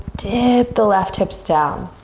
dip the left hips down.